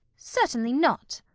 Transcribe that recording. certainly not.